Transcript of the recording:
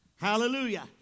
Hallelujah